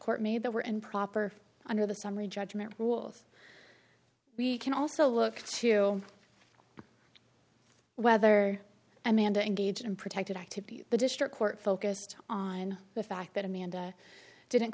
court made that were improper under the summary judgment rules we can also look cheerio whether amanda engage in protected activity the district court focused on the fact that amanda didn't